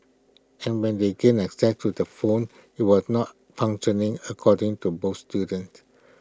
and when they gained access to the phone IT was not functioning according to both students